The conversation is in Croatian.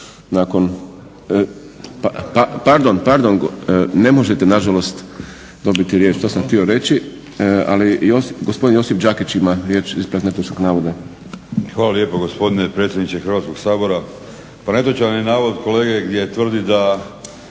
Hvala lijepo gospodine predsjedniče Hrvatskog sabora.